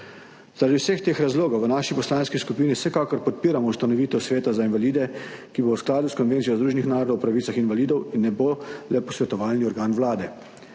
Zaradi vseh teh razlogov v naši poslanski skupini vsekakor podpiramo ustanovitev sveta za invalide, ki bo v skladu s Konvencijo Združenih narodov o pravicah invalidov in ne bo le posvetovalni organ Vlade.